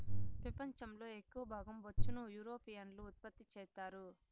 పెపంచం లో ఎక్కవ భాగం బొచ్చును యూరోపియన్లు ఉత్పత్తి చెత్తారు